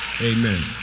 Amen